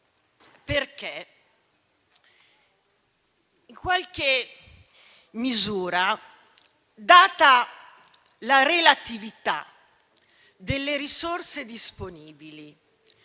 che, in qualche misura, data la relatività delle risorse disponibili